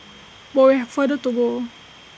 but we have further to go